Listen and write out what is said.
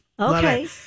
Okay